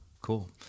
cool